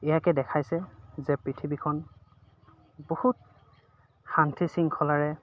ইয়াকে দেখাইছে যে পৃথিৱীখন বহুত শান্তি শৃংখলাৰে